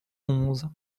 onze